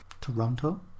Toronto